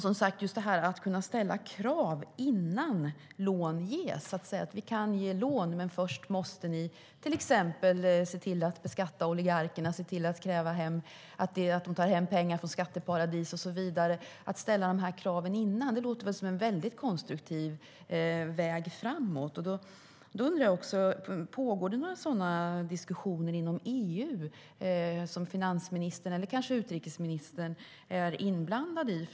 Som sagt, att man innan lån ges ska kunna ställa krav på att till exempel att oligarkerna ska beskattas och att de tar hem sina pengar från skatteparadis och så vidare, låter ju som en väldigt konstruktiv väg framåt. Då undrar jag: Pågår det några sådana diskussioner inom EU som finansministern eller kanske utrikesministern är inblandade i?